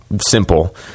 simple